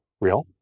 real